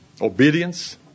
Obedience